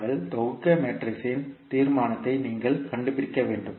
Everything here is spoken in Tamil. நாங்கள் தொகுத்த மேட்ரிக்ஸின் தீர்மானத்தை நீங்கள் கண்டுபிடிக்க வேண்டும்